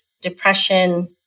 depression